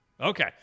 Okay